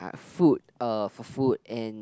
uh food uh for food and